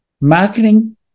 marketing